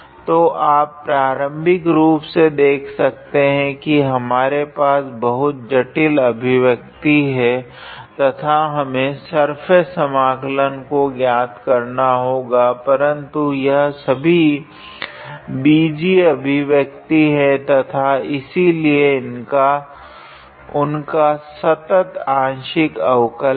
तो आप प्रारम्भिक रूप से देख सकते है हमारे पास बहुत जटिल अभिव्यक्ति है तथा हमें सर्फेस समाकलन को ज्ञात करना होगा परन्तु यह सभी बीजीय अभिव्यक्ति है तथा इस लिए उनका संतत् आंशिक अवकल है